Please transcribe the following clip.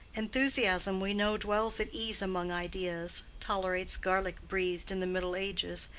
enthusiasm, we know, dwells at ease among ideas, tolerates garlic breathed in the middle ages,